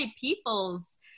people's